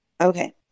Okay